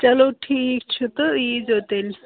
چلو ٹھیٖک چھُ تہٕ ییٖزیو تیٚلہِ